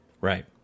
Right